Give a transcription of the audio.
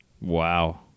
Wow